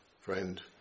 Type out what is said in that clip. Friend